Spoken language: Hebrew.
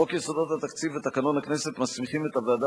חוק יסודות התקציב ותקנון הכנסת מסמיכים את הוועדה